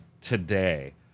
today